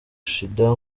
shida